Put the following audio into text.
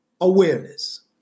awareness